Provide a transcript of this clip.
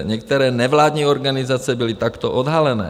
Některé nevládní organizace byly takto odhalené.